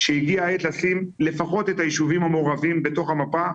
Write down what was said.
שהגיעה העת לשים לפחות את היישובים המעורבים בתוך המפה.